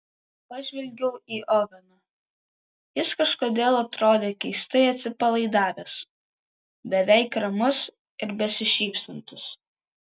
pažvelgiau į oveną jis kažkodėl atrodė keistai atsipalaidavęs beveik ramus ir besišypsantis